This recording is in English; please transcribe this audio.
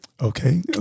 Okay